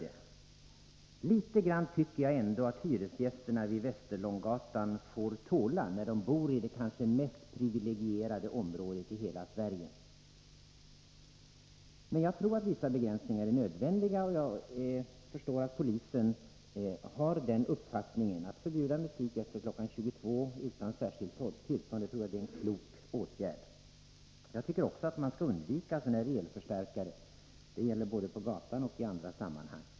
Men litet grand tycker jag ändå att hyresgästerna vid Västerlånggatan får tåla, när de bor i det kanske mest privilegierade området i hela Sverige. Jag tror emellertid att vissa begränsningar är nödvändiga, och jag förstår att polisen har uppfattningen att gatumusik utan särskilt tillstånd är förbjuden efter kl. 22.00. Jag tror att det är ett klokt ställningstagande. Jag tycker också att elförstärkare skall undvikas — det gäller både på gatan och i andra sammanhang.